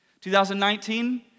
2019